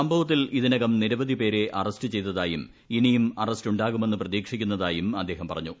സംഭവത്തിൽ ഇതിനകം നിരവധിപേരെ അറസ്റ്റു ചെയ്തതായും ഇനിയും അറസ്റ്റുണ്ടാകുമെന്ന് പ്രതീക്ഷിക്കുന്നതായും അദ്ദേഹം പറ ഞ്ഞു